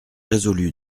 résolu